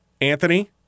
Anthony